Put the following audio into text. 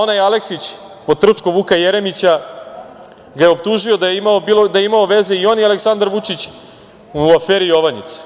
Onaj Aleksić, potrčko Vuka Jeremića, ga je optužio da je imao veze i on i Aleksandar Vučić u aferi „Jovanjica“